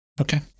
Okay